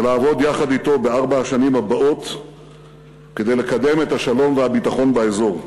ולעבוד יחד אתו בארבע השנים הבאות כדי לקדם את השלום והביטחון באזור.